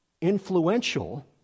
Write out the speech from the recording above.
influential